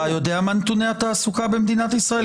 אתה יודע מה נתוני התעסוקה במדינת ישראל?